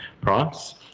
price